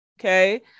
Okay